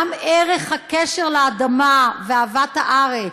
גם ערך הקשר לאדמה ואהבת הארץ.